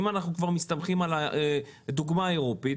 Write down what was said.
אם אנחנו כבר מסתמכים על הדוגמה האירופית,